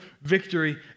victory